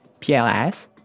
PLS